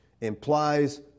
implies